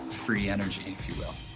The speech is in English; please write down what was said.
free energy, if you will.